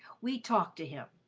we talk to him.